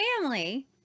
family